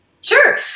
Sure